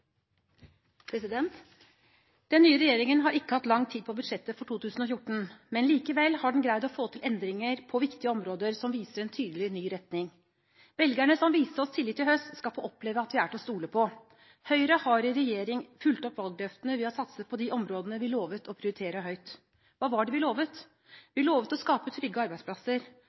ikke hatt lang tid på budsjettet for 2014, men likevel har den greid å få til endringer på viktige områder som viser en tydelig, ny retning. Velgerne, som viste oss tillit i høst, skal få oppleve at vi er til å stole på. Høyre har i regjering fulgt opp valgløftene ved å satse på de områdene vi lovte å prioritere høyt. Hva var det vi lovte? Vi lovte å skape trygge arbeidsplasser.